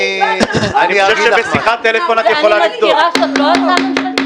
אני חושב שבשיחת טלפון את יכולה לפתור את זה.